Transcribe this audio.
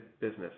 business